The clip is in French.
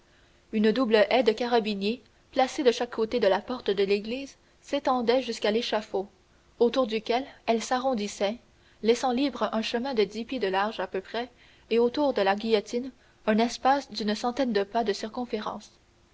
une double haie de carabiniers placés de chaque côté de la porte de l'église s'étendait jusqu'à l'échafaud autour duquel elle s'arrondissait laissant libre un chemin de dix pieds de large à peu près et autour de la guillotine un espace d'une centaine de pas de circonférence